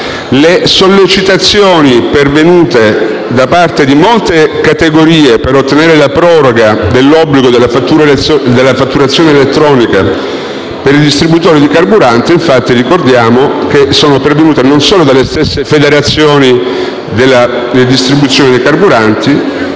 le sollecitazioni pervenute da molte categorie per ottenere la proroga con riferimento all'obbligo della fatturazione elettronica per i distributori di carburanti - ricordiamo - sono giunte non solo dalle stesse federazioni della distribuzione di carburante,